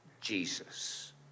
Jesus